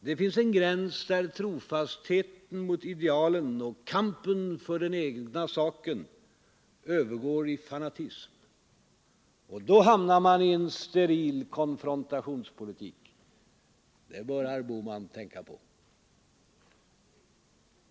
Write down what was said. Det finns en gräns där trofastheten mot idealen och kampen för den egna saken övergår i fanatism. Då hamnar man i en steril konfrontationspolitik. Det bör herr Bohman tänka på.